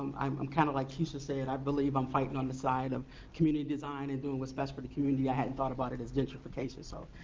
i'm, um kind of like kesha said, i believe i'm fighting on the side of community design and doing what's best for the community. i hadn't thought about it as gentrification. so